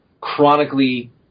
chronically